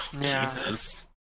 Jesus